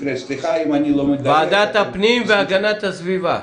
הפנים והגנת הסביבה.